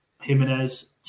Jimenez